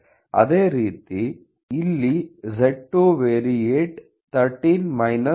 ಅದೇ ರೀತಿ ಇಲ್ಲಿ z2 ವೇರಿಯೆಂಟ್ 13 11